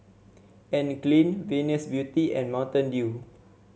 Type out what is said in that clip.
Anne Klein Venus Beauty and Mountain Dew